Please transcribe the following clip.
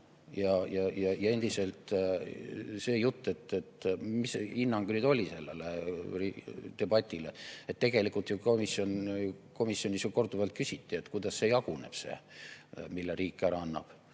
Ja endiselt see jutt, et mis see hinnang nüüd oli sellele debatile. Tegelikult komisjonis ju korduvalt küsiti, kuidas see jaguneb, see, mille riik ära annab